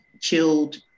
chilled